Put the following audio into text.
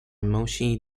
moshe